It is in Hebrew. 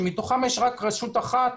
ומתוכם יש רק ישות אחת